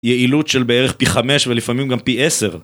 יעילות של בערך פי 5 ולפעמים גם פי 10